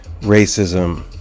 racism